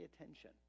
attention